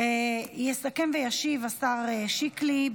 יסכם וישיב השר שיקלי,